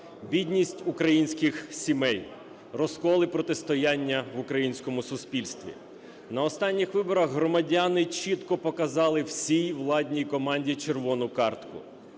бідність українських сімей, розкол і протистояння в українському суспільстві. На останніх виборах громадяни чітко показали всій владній команді "червону картку".